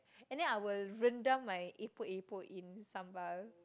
and then I will rendang my epok epok in sambal